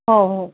हो हो